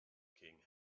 king